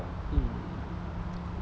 mm